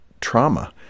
trauma